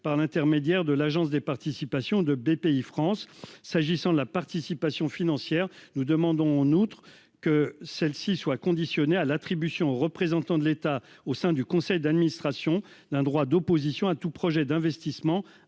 par l'intermédiaire de l'Agence des participations de Bpifrance. S'agissant de la participation financière. Nous demandons en outre que celle-ci soit conditionnées à l'attribution, représentant de l'État au sein du conseil d'administration d'un droit d'opposition à tout projet d'investissement